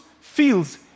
feels